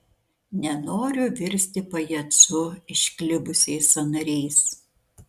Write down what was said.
nenoriu virsti pajacu išklibusiais sąnariais